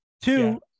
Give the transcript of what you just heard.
Two